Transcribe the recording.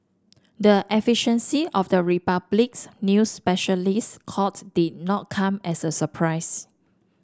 the efficiency of the Republic's new specialist court did not come as a surprise